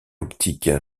optique